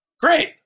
great